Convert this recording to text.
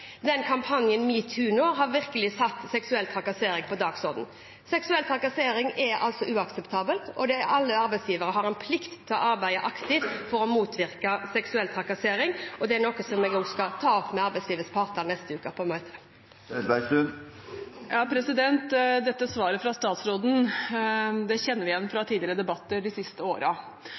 den nye nemnda, bli mulighet til å få oppreisning hvis man blir diskriminert. Jeg er veldig glad for at #metoo-kampanjen nå virkelig har satt seksuell trakassering på dagsordenen. Seksuell trakassering er uakseptabelt. Alle arbeidsgivere har en plikt til å arbeide aktivt for å motvirke seksuell trakassering, og det er noe jeg også skal ta opp med arbeidslivets parter på møte neste uke. Dette svaret fra statsråden kjenner vi igjen fra tidligere debatter de siste